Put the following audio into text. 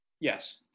Yes